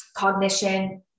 Cognition